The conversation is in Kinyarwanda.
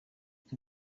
uko